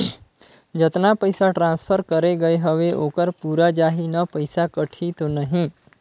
जतना पइसा ट्रांसफर करे गये हवे ओकर पूरा जाही न पइसा कटही तो नहीं?